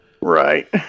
Right